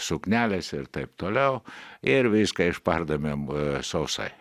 suknelės ir taip toliau ir viską išpardavėm sausai